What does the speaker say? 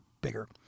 bigger